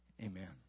Amen